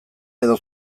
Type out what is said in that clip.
edo